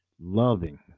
loving